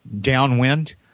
downwind